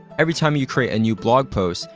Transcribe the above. every time you create a new blog post,